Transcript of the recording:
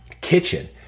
kitchen